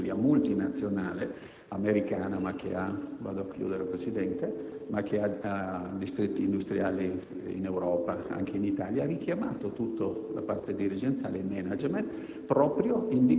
Un'industria multinazionale americana, ma che ha distretti industriali in Europa e anche in Italia, ha richiamato tutta la parte dirigenziale, il *management*,